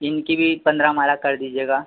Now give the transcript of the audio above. इनकी भी पंद्रह माला कर दीजिएगा